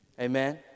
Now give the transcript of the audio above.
Amen